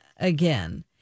again